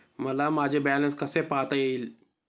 मला माझे बॅलन्स कसे पाहता येईल?